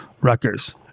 Rutgers